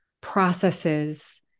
processes